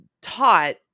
taught